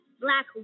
Black